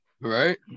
Right